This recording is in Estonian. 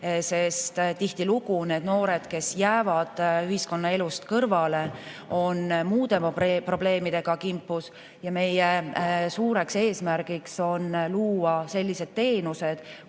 sest tihtilugu on need noored, kes jäävad ühiskonnaelust kõrvale, muude probleemidega kimpus, ja meie suureks eesmärgiks on luua sellised teenused,